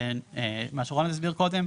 זה מה שרולנד הסביר קודם,